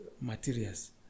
materials